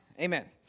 Amen